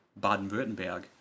Baden-Württemberg